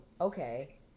okay